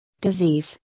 disease